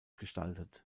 gestaltet